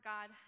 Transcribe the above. God